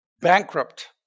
bankrupt